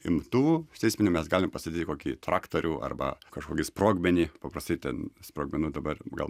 imtuvų seisminių mes galim pastatyt kokį traktorių arba kažkokį sprogmenį paprastai ten sprogmenų dabar gal